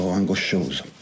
angoscioso